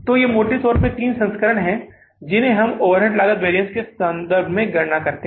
तो ये मोटे तौर पर तीन संस्करण हैं जिन्हें हम ओवरहेड लागत वैरिअन्स के संबंध में गणना करते हैं